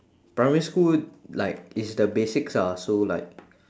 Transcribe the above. primary school like it's the basics ah so like